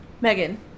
Megan